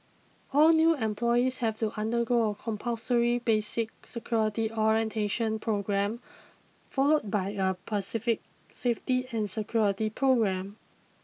all new employees have to undergo a compulsory basic security orientation programme followed by a specific safety and security programme